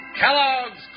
Kellogg's